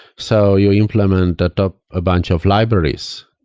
so you implement a ah bunch of libraries,